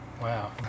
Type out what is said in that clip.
Wow